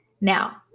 Now